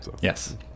Yes